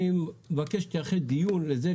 אני מבקש שתייחד דיון לזה,